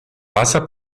pasa